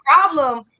problem